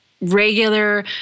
regular